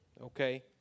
okay